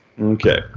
Okay